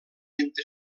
entre